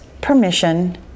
permission